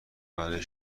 برای